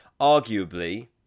arguably